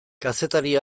kazetari